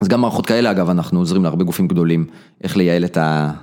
אז גם מערכות כאלה אגב, אנחנו עוזרים להרבה גופים גדולים איך לייעל את ה...